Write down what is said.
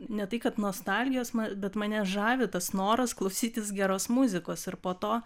ne tai kad nostalgijos bet mane žavi tas noras klausytis geros muzikos ir po to